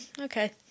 okay